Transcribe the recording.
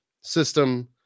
system